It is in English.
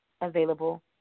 available